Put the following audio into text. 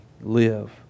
live